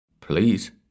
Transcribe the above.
Please—